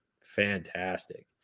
fantastic